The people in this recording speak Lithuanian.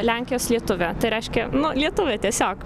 lenkijos lietuvė tai reiškia nu lietuvė tiesiog